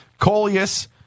Coleus